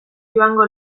joango